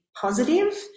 positive